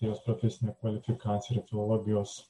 jos profesinė kvalifikacija yra filologijos